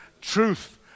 truth